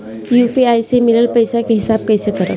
UPI से मिलल पईसा के हिसाब कइसे करब?